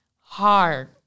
hard